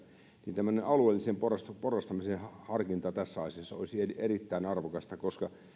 niin tämmöinen alueellisen porrastamisen porrastamisen harkinta tässä asiassa olisi erittäin arvokasta